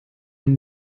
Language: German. und